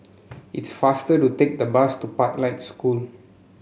it's faster to take the bus to Pathlight School